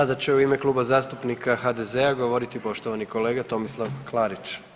Sada će u ime Kluba zastupnika HDZ-a govoriti poštovani kolega Tomislav Klarić.